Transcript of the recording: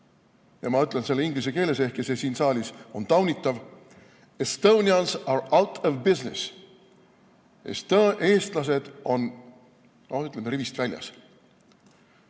ma ütlen inglise keeles, ehkki see siin saalis on taunitav: "Estonians are out of business."Eestlased on, ütleme, rivist väljas.